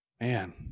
Man